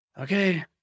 okay